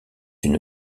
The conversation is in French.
une